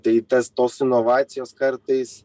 tai tas tos inovacijos kartais